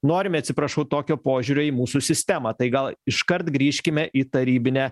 norime atsiprašau tokio požiūrio į mūsų sistemą tai gal iškart grįžkime į tarybinę